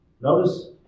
Notice